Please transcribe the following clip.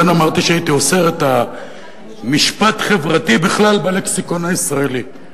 לכן אמרתי שהייתי אוסר את המשפט "חברתי" בכלל בלקסיקון הישראלי,